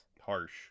Harsh